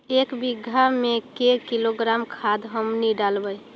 एक बीघा मे के किलोग्राम खाद हमनि डालबाय?